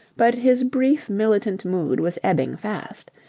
but his brief militant mood was ebbing fast.